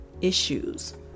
issues